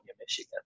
Michigan